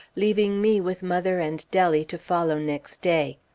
leaving me with mother and dellie to follow next day.